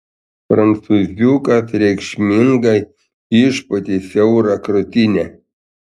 prancūziukas reikšmingai išpūtė siaurą krūtinę